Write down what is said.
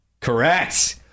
Correct